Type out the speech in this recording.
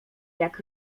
jak